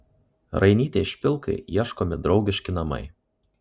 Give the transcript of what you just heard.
rainytei špilkai ieškomi draugiški namai